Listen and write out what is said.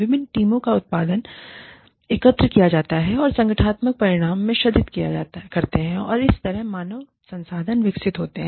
विभिन्न टीमों का उत्पादन एकत्र किया जाता है और संगठनात्मक परिणाम में सृजित करते हैं और इस तरह मानव संसाधन विकसित होते हैं